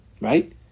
Right